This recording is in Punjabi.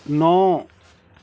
ਨੌ